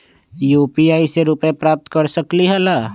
UPI से रुपए प्राप्त कर सकलीहल?